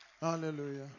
Hallelujah